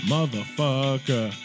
Motherfucker